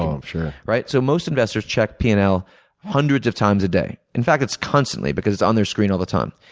um sure. right. so, most investors check p and l hundreds of times a day. in fact, it's constantly because on their screen all the time.